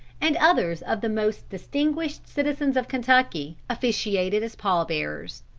and others of the most distinguished citizens of kentucky, officiated as pall-bearers.